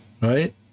right